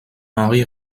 henri